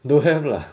don't have lah